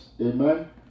Amen